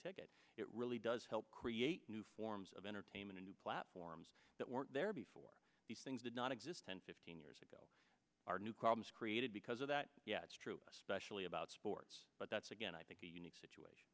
ticket it really does help create new forms of entertainment a new platforms that weren't there before these things did not exist ten fifteen years ago are new columns created because of that yeah that's true especially about sports but that's again i think the unique situation